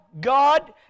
God